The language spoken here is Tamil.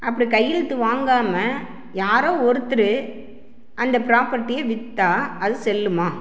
அப்படி கையெழுத்து வாங்காமல் யாரோ ஒருத்தர் அந்த பிராப்பர்ட்டியை வித்தால் அது செல்லுமா